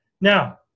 Now